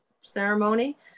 ceremony